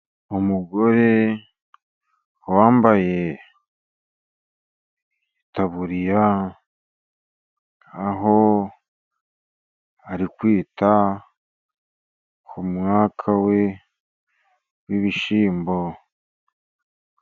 Umugore wambaye itaburiya, aho ari kwita ku myaka ye y'ibishyimbo.